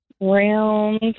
Round